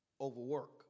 overwork